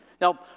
Now